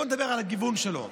בוא נדבר על הגיוון שלו.